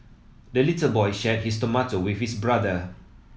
the little boy shared his tomato with his brother